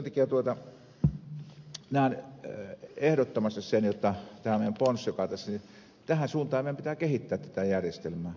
sen takia näen ehdottomasti sen jotta tämän meidän ponnen suuntaan joka tässä on meidän pitää kehittää tätä järjestelmää